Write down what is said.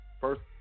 First